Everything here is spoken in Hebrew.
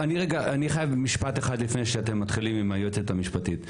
אני חייב משפט אחד לפני שאתם מתחילים עם היועצת המשפטית.